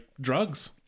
drugs